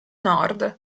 nord